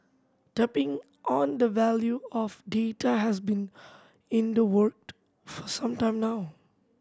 tapping on the value of data has been in the worked for some time now